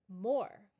more